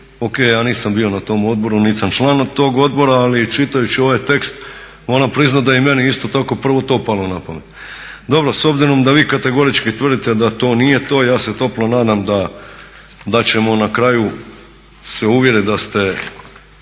ok ja nisam bio na tom odboru nit sam član tog odbora, ali čitajući ovaj tekst moram priznati da je i meni isto tako prvo to palo na pamet. Dobro, s obzirom da vi kategorički tvrdite da to nije to ja se toplo nadam da ćemo na kraju se uvjerit da ste,